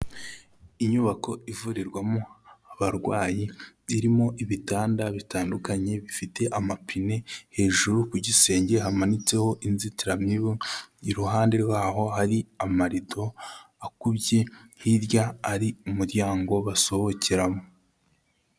Inyubako ivurirwamo abarway,i irimo ibitanda bitandukanye bifite amapine hejuru ku gisenge hamanitseho inzitiramibu, iruhande rwaho hari amarido akubye, hirya ari umuryango basohokeramo.